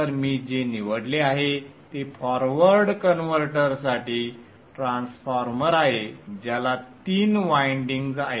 तर मी जे निवडले आहे ते फॉरवर्ड कन्व्हर्टरसाठी ट्रान्सफॉर्मर आहे ज्याला तीन वायंडिंग्ज आहेत